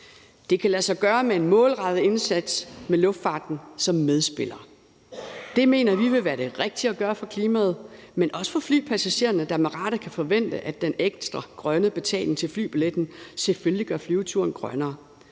Det kan lade sig gøre med en målrettet indsats med luftfarten som medspiller. Det mener vi vil være det rigtige at gøre for klimaet, men også for flypassagererne, der med rette kan forvente, at den ekstra grønne betaling til flybilletten selvfølgelig gør flyveturen grønnere.